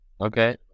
okay